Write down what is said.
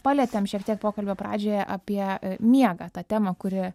palietėm šiek tiek pokalbio pradžioje apie miegą tą temą kuri